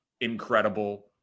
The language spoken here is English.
incredible